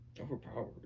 Overpowered